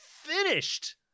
finished